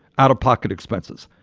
out-of-pocket expenses.